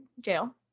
jail